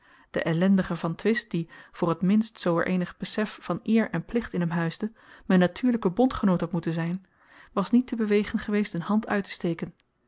de ellendige van twist die voor t minst zoo er eenig besef van eer en plicht in hem huisde m'n natuurlyke bondgenoot had moeten zyn was niet te bewegen geweest n hand uittesteken